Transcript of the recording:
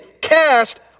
cast